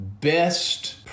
best